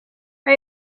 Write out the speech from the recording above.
are